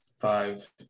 five